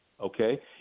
Okay